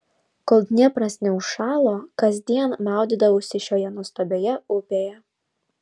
kol dniepras neužšalo kasdien maudydavausi šioje nuostabioje upėje